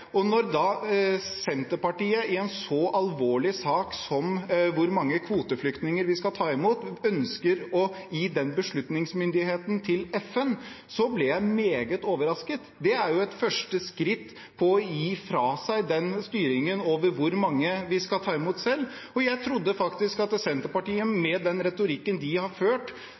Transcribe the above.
Norge. Når Senterpartiet i en så alvorlig sak som hvor mange kvoteflyktninger vi skal ta imot, ønsker å gi den beslutningsmyndigheten til FN, blir jeg meget overrasket. Det er jo et første skritt til å gi fra seg styringen over hvor mange vi skal ta imot selv. Jeg trodde faktisk at Senterpartiet, med den retorikken de har ført,